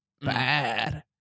bad